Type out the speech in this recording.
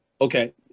Okay